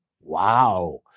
Wow